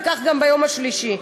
וכך גם ביום השלישי.